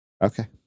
Okay